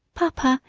papa,